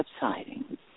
subsiding